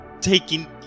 taking